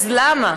אז למה,